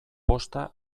posta